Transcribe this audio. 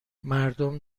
مردم